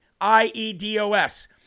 IEDOS